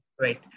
Right